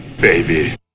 baby